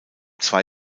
zwei